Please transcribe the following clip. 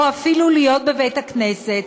או אפילו להיות בבית-הכנסת?